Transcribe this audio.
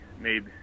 made